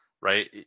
right